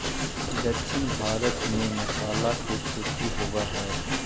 दक्षिण भारत में मसाला के खेती होवऽ हइ